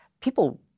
people—